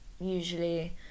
usually